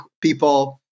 people